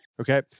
Okay